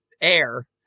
air